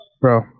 bro